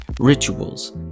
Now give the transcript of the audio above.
rituals